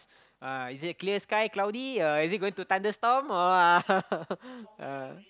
uh is it clear sky cloudy or is it going to thunderstorm or ah